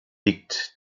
liegt